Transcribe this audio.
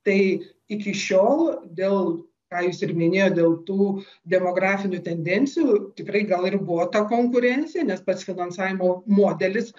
tai iki šiol dėl ką jūs ir minėjot dėl tų demografinių tendencijų tikrai gal ir buvo ta konkurencija nes pats finansavimo modelis